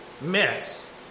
mess